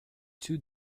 too